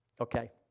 Okay